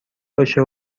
باشه